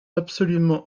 absolument